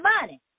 money